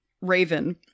raven